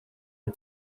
ari